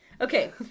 Okay